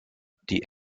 die